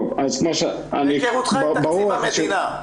מהיכרותך עם תקציב המדינה.